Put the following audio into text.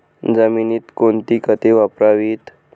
जमिनीत कोणती खते वापरावीत?